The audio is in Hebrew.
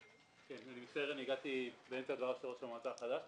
אני מצטער, הגעתי באמצע דבריו של ראש המועצה החדש.